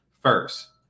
first